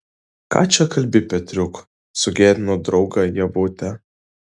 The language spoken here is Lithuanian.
ką čia kalbi petriuk sugėdino draugą ievutė